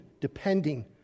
depending